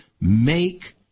make